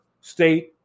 state